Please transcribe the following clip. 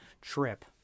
trip